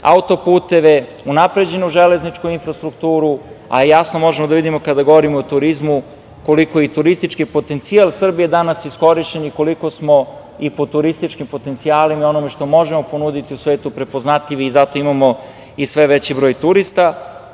auto-puteve, unapređenu železničku infrastrukturu, a jasno možemo da vidimo kada govorimo o turizmu koliko je i turistički potencijal Srbije danas iskorišćen i koliko smo i po turističkim potencijalima i ono što možemo ponuditi svetu prepoznatljivi. Zato danas imamo sve veći broj turista